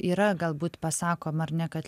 yra galbūt pasakoma ar ne kad